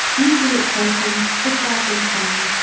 and if you look closely, the sparkle is gone,